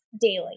daily